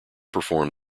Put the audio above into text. perform